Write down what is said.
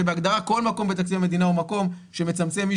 שבהגדרה כל מקום בתקציב המדינה הוא מקום שמצמצם אי